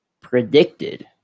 predicted